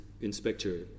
inspector